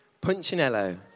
Punchinello